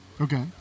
Okay